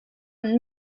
und